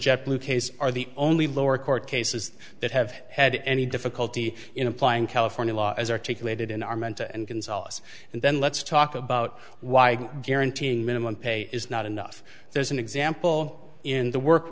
jet blue case are the only lower court cases that have had any difficulty in applying california law as articulated in are meant to and consult and then let's talk about why guaranteeing minimum pay is not enough there's an example in the work